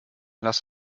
lass